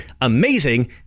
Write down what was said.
amazing